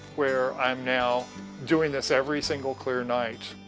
where i'm now doing this every single clear night.